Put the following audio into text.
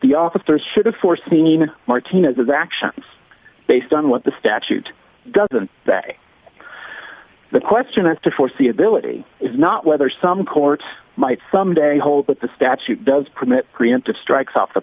the officers should have foreseen martinez's actions based on what the statute doesn't the question as to foreseeability is not whether some courts might someday hold that the statute does permit preemptive strikes off the